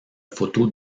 photos